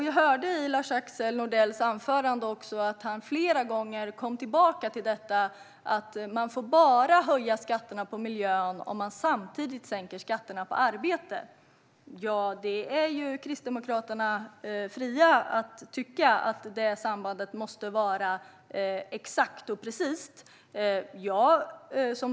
Jag hörde i Lars-Axel Nordells anförande att han flera gånger kom tillbaka till att man bara får höja skatterna på miljöområdet om man samtidigt sänker skatterna på arbete. Det står Kristdemokraterna fritt att tycka att det sambandet måste vara exakt och precist.